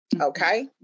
Okay